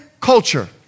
culture